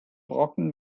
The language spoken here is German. brocken